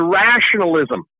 rationalism